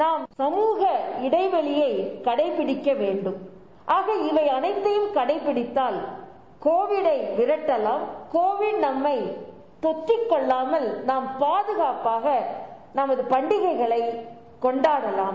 நாம் கழுவ இடைவெளியை களடப்பிடிக்க வேண்டும் ஆக இவை அனைத்தையும் களடப்பிடித்தால் கோவிட் ஐ விரட்டவாம் கோவிட் நம்மை தொற்றிக் கொள்ளாமல் நாம் பாதுகாப்பாக நமது பண்டிகைகளை கொண்டாடலாம்